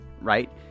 right